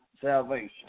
salvation